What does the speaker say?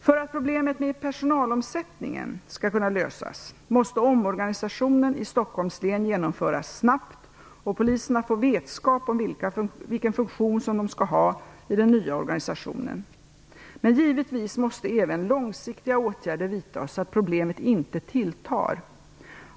För att problemet med personalomsättningen skall kunna lösas måste omorganisationen i Stockholms län genomföras snabbt och poliserna få vetskap om vilken funktion som de skall ha i den nya organisationen. Men givetvis måste även långsiktiga åtgärder vidtas, så att problemet inte tilltar.